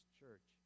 church